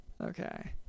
Okay